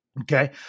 Okay